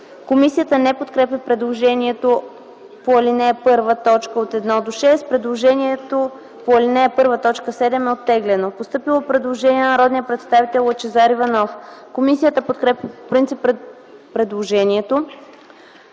Комисията не подкрепя предложението по ал. 1, т. 1-6. Предложението по ал. 1 т. 7 е оттеглено. Постъпило е предложение от народния представител Лъчезар Иванов. Комисията подкрепя по принцип предложението.